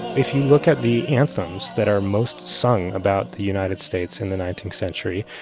if you look at the anthems that are most sung about the united states in the nineteenth century,